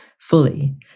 fully